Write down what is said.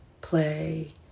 play